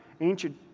ancient